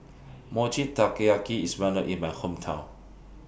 Mochi Taiyaki IS Well known in My Hometown